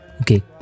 Okay